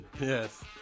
Yes